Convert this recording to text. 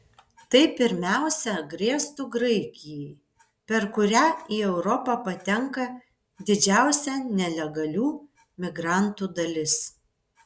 tai pirmiausia grėstų graikijai per kurią į europą patenka didžiausia nelegalių migrantų dalis